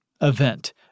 event